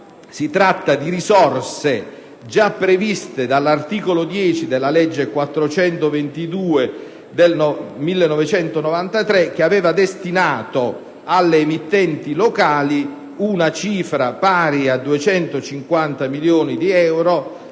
si tratta di risorse già previste dall'articolo 10 della legge 27 ottobre 1993, n. 422, che aveva destinato alle emittenti locali una cifra pari a 250 milioni di euro,